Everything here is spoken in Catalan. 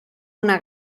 una